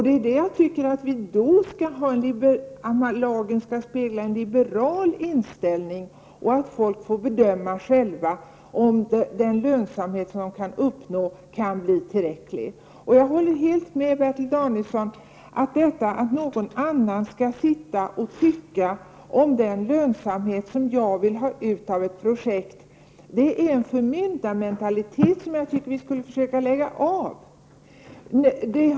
Det är därför jag tycker att lagen skall spegla en liberal inställning så att folk får bedöma själva om den lönsamhet som kan uppnås kan bli tillräcklig. Jag håller helt med Bertil Danielsson om att detta, att någon annan skall sitta och tycka om den lönsamhet som jag vill ha ut av ett projekt, är ett uttryck för, förmyndarmentalitet som jag tycker att vi skall lägga av med.